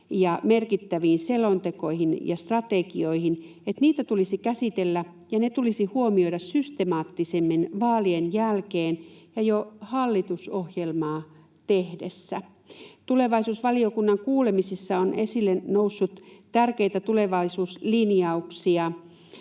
ja merkittäviin selontekoihin ja strategioihin, siihen, että niitä tulisi käsitellä ja ne tulisi huomioida systemaattisemmin vaalien jälkeen ja jo hallitusohjelmaa tehdessä. Tulevaisuusvaliokunnan kuulemisissa on esille noussut tärkeitä tulevaisuuslinjauksia